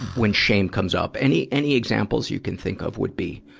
when shame comes up. any, any examples you can think of would be,